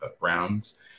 rounds